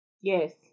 yes